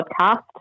podcast